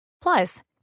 Plus